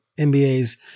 NBA's